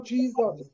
Jesus